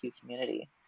community